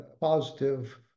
positive